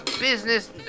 business